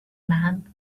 man